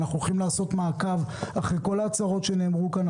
אנחנו נעשה מעקב אחרי כל ההצהרות שנאמרו כאן,